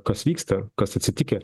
kas vyksta kas atsitikę